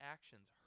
Actions